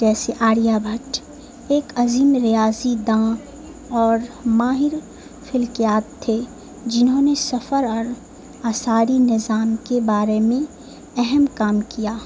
جیسے آریا بھٹ ایک عظیم ریاضی داں اور ماہر فلکیات تھے جنہوں نے سفر اور اثاری نظام کے بارے میں اہم کام کیا